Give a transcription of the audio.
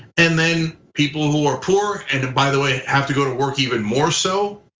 and then people who are poor and and by the way have to go to work even more so.